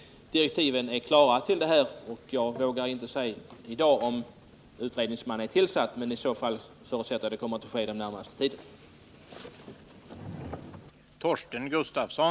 Direktiven är klara. Jag vågar inte säga om utredningsman har tillsatts, men om så inte är fallet förutsätter jag att det kommer att ske inom den närmaste tiden.